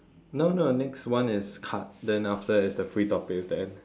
no no next one is card then after that is the free topics the end